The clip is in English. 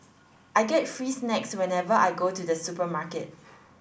I get free snacks whenever I go to the supermarket